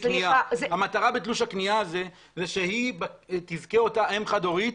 המטרה בתלושי קנייה שהיא תזכה אותה אם חד-הורית,